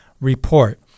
report